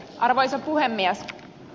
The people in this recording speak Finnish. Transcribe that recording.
arvoisa puhemies